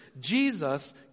Jesus